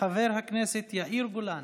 חבר הכנסת יאיר גולן.